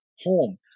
home